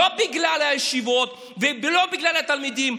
לא בגלל הישיבות ולא בגלל התלמידים.